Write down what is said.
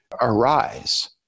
arise